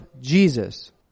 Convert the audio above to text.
Jesus